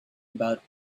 about